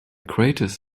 craters